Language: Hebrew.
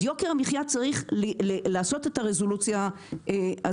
אז יוקר המחייה צריך לעשות את הרזולוציה הזאת.